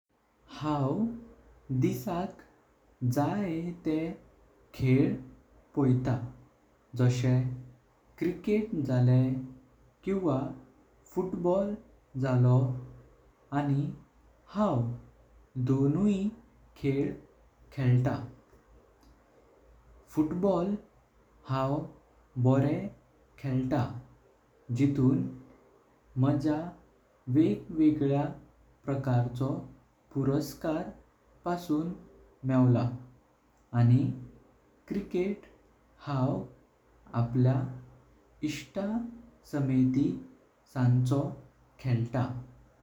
हांव दिसाक जाय ते खेळ पॉयतां जाशे क्रिकेट जालें किंवा फुटबॉल जालों आनी हांव दोनुई खेळ खेल्टां। फुटबॉल हांव बरो क्हेल्टा जिणों मजा वेगवेगळ्या प्रकारचो पुरस्कार पासून मेवलां आनी क्रिकेट हांव आपल्या इच्छासांमेत संको खेळ्टा।